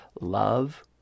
Love